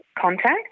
contact